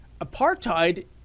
apartheid